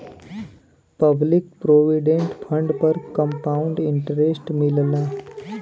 public provident fund पर compound interest मिलला